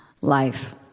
life